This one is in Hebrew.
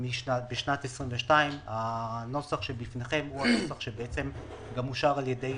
בשנת 2022. הנוסח שבפניכם הוא הנוסח שאושר על ידי